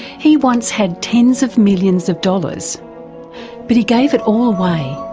he once had tens of millions of dollars but he gave it all away.